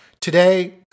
Today